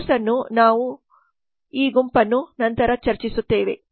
ಈ ಕೋರ್ಸ್ನಲ್ಲಿ ನಾವು ಈ ಗುಂಪನ್ನು ನಂತರ ಚರ್ಚಿಸುತ್ತೇವೆ